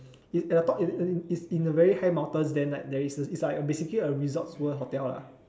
it at the top is it as in is in the very high mountains then like there is a it's like a basically a resorts world hotel lah